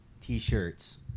T-shirts